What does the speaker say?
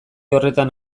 horretan